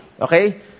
Okay